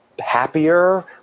happier